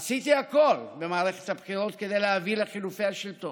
עשיתי הכול במערכת הבחירות כדי להביא לחילופי השלטון.